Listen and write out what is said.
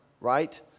right